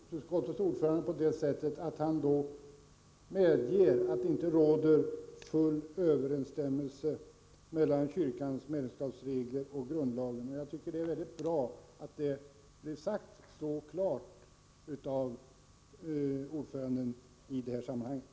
Herr talman! Jag tolkar konstitutionsutskottets ordförande på det sättet att han då medger att det inte råder full överensstämmelse mellan kyrkans medlemskapsregler och grundlagen. Jag tycker det är bra att det i det här sammanhanget blev så klart sagt av ordföranden i utskottet.